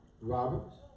Roberts